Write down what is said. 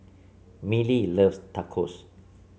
Millie loves Tacos